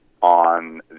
on